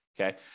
Okay